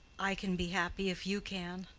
i can be happy, if you can!